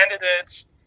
candidates